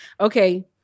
Okay